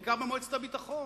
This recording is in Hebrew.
בעיקר במועצת הביטחון,